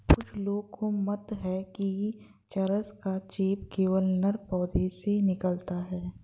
कुछ लोगों का मत है कि चरस का चेप केवल नर पौधों से निकलता है